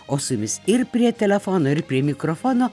o su jumis ir prie telefono ir prie mikrofono